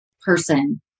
person